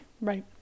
Right